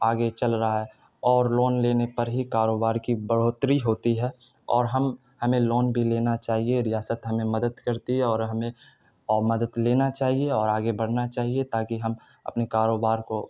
آگے چل رہا ہے اور لون لینے پر ہی کاروبار کی بڑھوتری ہوتی ہے اور ہم ہمیں لون بھی لینا چاہیے ریاست ہمیں مدد کرتی ہے اور ہمیں مدد لینا چاہیے اور آگے بڑھنا چاہیے تاکہ ہم اپنے کاروبار کو